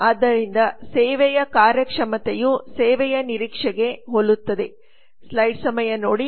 ಆದ್ದರಿಂದ ಸೇವೆಯ ಕಾರ್ಯಕ್ಷಮತೆಯು ಸೇವೆಯ ನಿರೀಕ್ಷೆಗೆ ಹೋಲುತ್ತದೆ